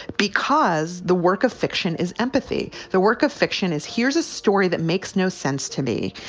because the work of fiction is empathy. the work of fiction is. here's a story that makes no sense to me.